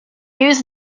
use